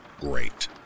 Great